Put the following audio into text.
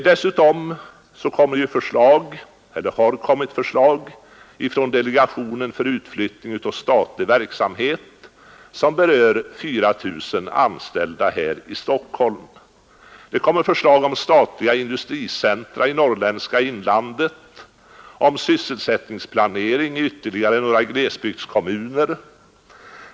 Dessutom har delegationen för utflyttning av statlig verksamhet lagt fram förslag som berör 4 000 anställda här i Stockholm. Det kommer vidare att framläggas förslag om statliga industricentra i norrländska inlandet, om sysselsättningsplanering i ytterligare några glesbygdskommuner.